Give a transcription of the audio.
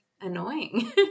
annoying